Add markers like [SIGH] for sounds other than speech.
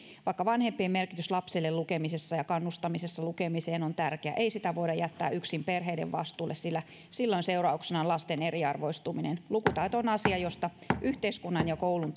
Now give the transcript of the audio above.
vaikka vanhempien merkitys lapselle lukemisessa ja kannustamisessa lukemiseen on tärkeä ei sitä voida jättää yksin perheiden vastuulle sillä silloin seurauksena on lasten eriarvoistuminen lukutaito on asia josta yhteiskunnan ja koulun [UNINTELLIGIBLE]